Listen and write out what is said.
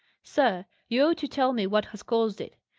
sir, you ought to tell me what has caused it.